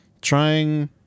trying